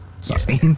Sorry